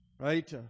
Right